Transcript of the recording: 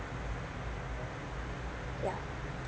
ya